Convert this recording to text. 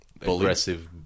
aggressive